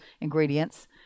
ingredients